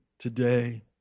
today